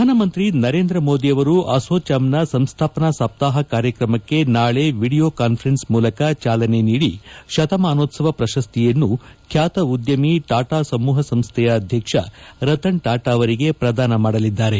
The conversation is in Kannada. ಪ್ರಧಾನಮಂತ್ರಿ ನರೇಂದ್ರ ಮೋದಿ ಅಸೋಚಾಮ್ನ ಸಂಸ್ಥಾಪನಾ ಸಪ್ತಾಹ ಕಾರ್ಯಕ್ರಮಕ್ಕೆ ನಾಳೆ ವಿಡಿಯೋ ಕಾಸ್ಟರೆನ್ಸ್ ಮೂಲಕ ಚಾಲನೆ ನೀಡಿ ಶತಮಾನೋತ್ಲವ ಪ್ರಶಸ್ತಿಯನ್ನು ಖ್ಯಾತ ಉದ್ದಮಿ ಟಾಟಾ ಸಮೂಹ ಸಂಸ್ಥೆಯ ಅಧ್ಯಕ್ಷ ರತನ್ ಟಾಟಾ ಅವರಿಗೆ ಪ್ರದಾನ ಮಾಡಲಿದ್ದಾರೆ